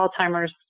Alzheimer's